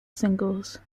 singles